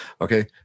Okay